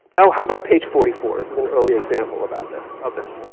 oh how about page forty four, this is an early example about this, of this.